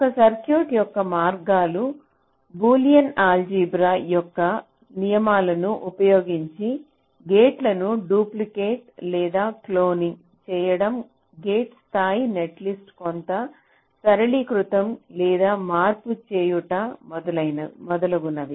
ఒక సర్క్యూట్ యొక్క మార్గాలు బూలియన్ ఆల్జీబ్రా యొక్క నియమాలను ఉపయోగించి గేట్లను డూప్లికేట్ లేదా క్లోనింగ్ చేయడం గేట్ స్థాయి నెట్లిస్ట్లో కొంత సరళీకృతం లేదా మార్పు చేయుట మొదలగునవి